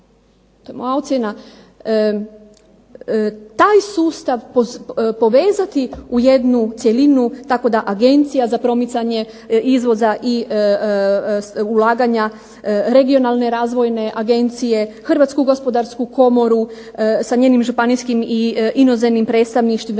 to je moja ocjena, taj sustav povezati u jednu cjelinu tako da Agencija za promicanje izvoza i ulaganja regionalne razvojne agencije, Hrvatsku gospodarsku komoru, sa njenim županijskim i inozemnim predstavništvima,